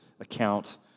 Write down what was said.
account